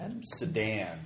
sedan